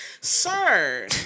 Sir